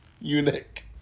Eunuch